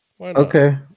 Okay